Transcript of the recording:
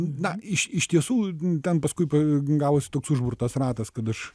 na iš iš tiesų ten paskui gavosi toks užburtas ratas kad aš